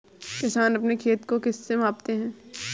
किसान अपने खेत को किससे मापते हैं?